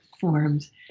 forms